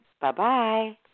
Bye-bye